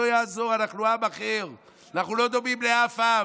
לא יעזור, אנחנו עם אחר, אנחנו לא דומים לאף עם.